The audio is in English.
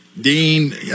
Dean